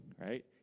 right